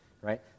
right